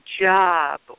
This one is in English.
job